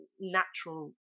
natural